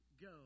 go